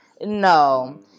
no